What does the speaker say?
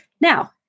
Now